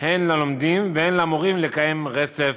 הן ללומדים והן למורים לקיים רצף